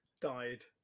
died